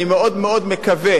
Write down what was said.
אני מאוד מאוד מקווה